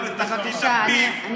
לא.